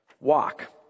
walk